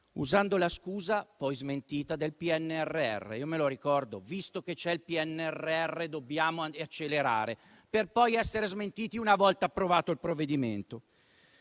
usando la scusa, poi smentita, del PNRR. Io me lo ricordo: visto che c'è il PNRR, dobbiamo accelerare, per poi essere smentiti una volta approvato il provvedimento.